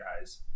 guys